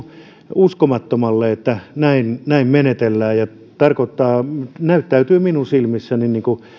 uskomattomalle että näin näin menetellään ja näyttäytyy minun silmissäni